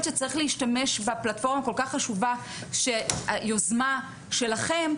שצריך להשתמש בפלטפורמה הכל כך חשובה של יוזמה שלכם,